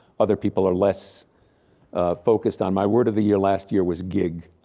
other people are less focused on. my word of the year last year was gig.